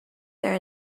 their